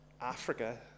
Africa